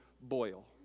Boyle